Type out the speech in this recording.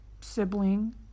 sibling